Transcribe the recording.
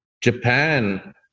Japan